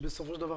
שבסופו של דבר,